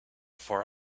for